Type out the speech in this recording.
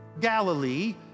Galilee